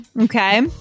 Okay